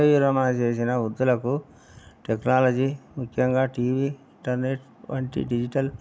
పదవీ విరమణ చేసిన వృద్దులకు టెక్నాలజీ ముఖ్యంగా టీవీ ఇంటర్నెట్ వంటి డిజిటల్